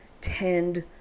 tend